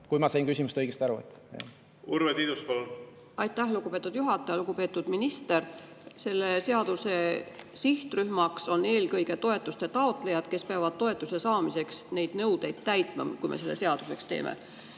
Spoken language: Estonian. kui ma sain küsimusest õigesti aru. Urve Tiidus, palun! Urve Tiidus, palun! Aitäh, lugupeetud juhataja! Lugupeetud minister! Selle seadus[eelnõu] sihtrühm on eelkõige toetuste taotlejad, kes peavad toetuse saamiseks neid nõudeid täitma, kui me selle seaduseks teeme.